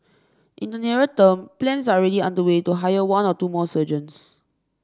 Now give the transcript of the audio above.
in the nearer term plans are already underway to hire one or two more surgeons